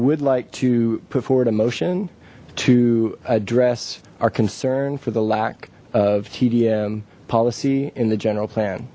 would like to put forward a motion to address our concern for the lack of tdm policy in the general plan